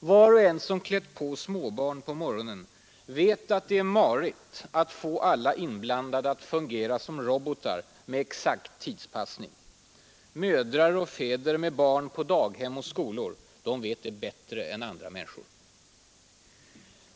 Var och en som klätt på småbarn på morgonen vet att det är marigt att få alla inblandade att fungera som robotar med exakt tidspassning. Mödrar och fäder med barn på daghem och i skolor vet det bättre än andra människor.